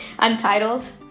Untitled